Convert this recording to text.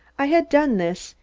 i had done this,